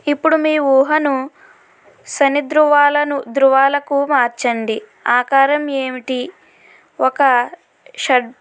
ఇప్పుడు మీ ఊహను శని ద్రువాలను ధ్రువాలకు మార్చండి ఆకారం ఏమిటి ఒక షడ్